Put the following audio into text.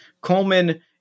Coleman